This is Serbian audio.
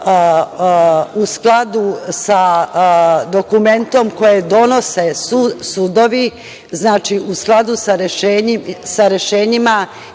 u skladu sa dokumentom koje donose sudovi, znači, u skladu sa rešenjima